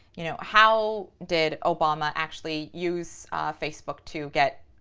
you know, how did obama actually use facebook to get,